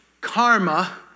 karma